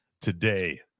today